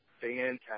fantastic